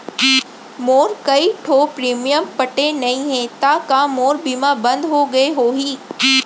मोर कई ठो प्रीमियम पटे नई हे ता का मोर बीमा बंद हो गए होही?